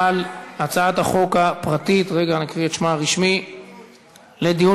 על הצעת החוק הפרטית שנדונה בדיון